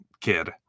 kid